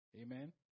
Amen